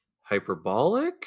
hyperbolic